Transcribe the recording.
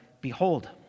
Behold